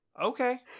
Okay